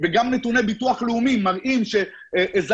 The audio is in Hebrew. וגם נתוני ביטוח לאומי מראים שזכאי